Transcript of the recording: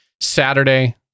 Saturday